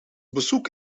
bezoek